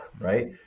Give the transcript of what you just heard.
right